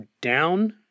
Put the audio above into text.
down